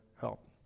help